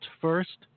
first